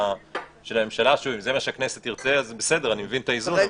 אז בסדר, אני מבין את האיזון.